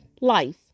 life